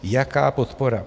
Jaká podpora?